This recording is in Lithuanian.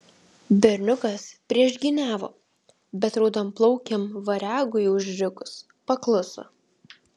berniukas priešgyniavo bet raudonplaukiam variagui užrikus pakluso